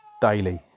daily